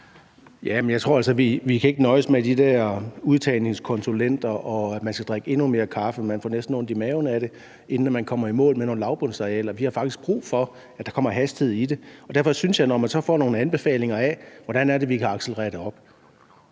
på, at vi kan nøjes med de der udtagningskonsulenter, og at man skal drikke endnu mere kaffe – man får næsten ondt i maven af det – inden man kommer i mål med nogle lavbundsarealer. Vi har faktisk brug for, at der kommer hastighed i det. Derfor synes jeg, at når man så får nogle anbefalinger om, hvordan vi kan accelerere